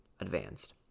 advanced